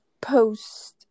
post